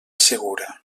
segura